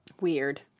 Weird